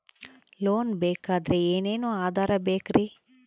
Loan ಬೇಕಾದ್ರೆ ಏನೇನು ಆಧಾರ ಬೇಕರಿ?